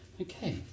okay